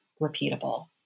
repeatable